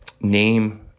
name